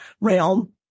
realm